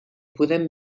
podem